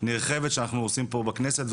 נרחבת שאנחנו עושים פה בכנסת,